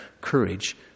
courage